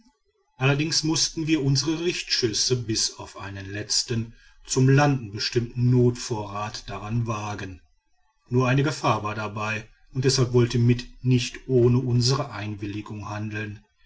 allerdings mußten wir unsre richtschüsse bis auf einen letzten zum landen bestimmten notvorrat daran wagen nur eine gefahr war dabei und deshalb wollte mitt nicht ohne unsere einwilligung handeln